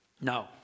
No